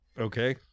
Okay